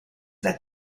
that